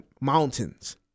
mountains